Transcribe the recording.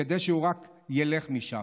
כדי שהוא רק ילך משם.